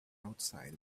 outside